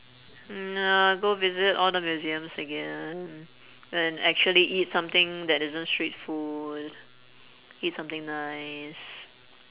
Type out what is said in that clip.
uh go visit all the museums again and and actually eat something that isn't street food eat something nice